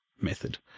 method